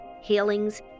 healings